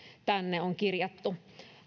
tänne on kirjattu